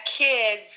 kids